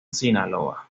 sinaloa